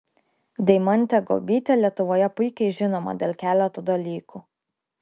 deimantė guobytė lietuvoje puikiai žinoma dėl keleto dalykų